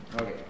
Okay